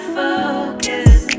focus